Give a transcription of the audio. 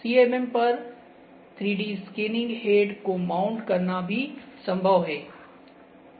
CMM पर 3 D scanning head को mount करना भी संभव है